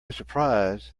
surprise